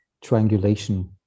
triangulation